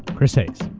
chris hayes.